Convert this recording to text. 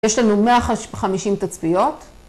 יש לנו 150 תצפיות.